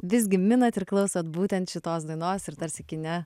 visgi minat ir klausot būtent šitos dainos ir tarsi kine